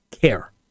care